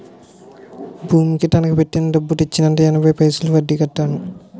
భూమి తనకా పెట్టి డబ్బు తెచ్చి ఎనభై పైసలు వడ్డీ కట్టాను